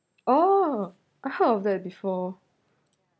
oh I heard of that before